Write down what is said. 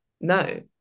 no